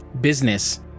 business